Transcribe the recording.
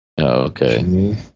Okay